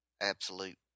absolute